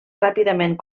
ràpidament